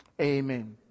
Amen